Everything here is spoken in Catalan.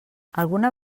alguna